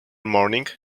morning